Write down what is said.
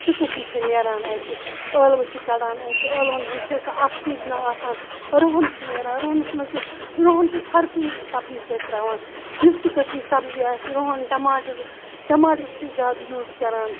سُہ قسم چھ نیران اَتہِ ٲلوٕ چھِ کَڑان أسۍ ٲلوَن ہُنٛد چھُ اَسہِ اکھ سیٖزنہَ آسان رُہَن چھ نیران رُہنَس مَنٛز رُہَن چھِ أسۍ ہر کُنہِ سبزی سۭتۍ تراوان یُس تہِ قسم سبزی آسہِ رُہَن ٹَماٹر ٹَماٹر تہِ چھِ زیادٕ یوٗز کَران